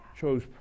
chose